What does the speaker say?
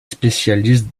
spécialistes